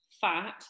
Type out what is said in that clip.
fat